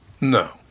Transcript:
No